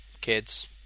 kids